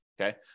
okay